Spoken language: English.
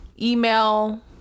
email